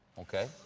okay?